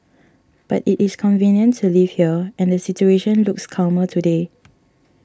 but it is convenient to live here and the situation looks calmer today